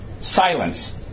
Silence